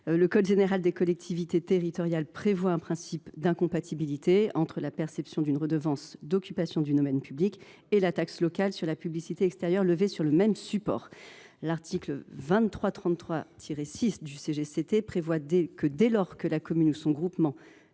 le code général des collectivités territoriales (CGCT) prévoit un principe d’incompatibilité entre la perception d’une redevance d’occupation du domaine public et la taxe locale sur la publicité extérieure levée sur le même support. En effet, aux termes de l’article L. 2333 6 dudit code, « dès lors que la commune [ou son groupement]